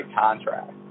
contract